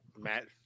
Matt